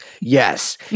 Yes